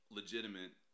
legitimate